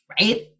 Right